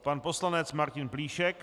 Pan poslanec Martin Plíšek.